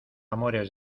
amores